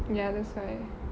ya that's why